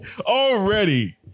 already